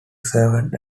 servant